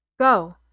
Go